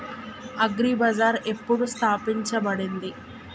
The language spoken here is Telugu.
అగ్రి బజార్ ఎప్పుడు స్థాపించబడింది?